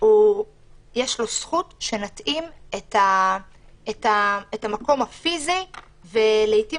יש לו זכות שנתאים את המקום הפיזי ולעיתים